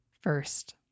first